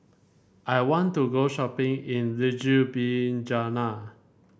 I want to go shopping in Ljubljana